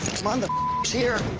come on the is here.